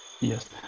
Yes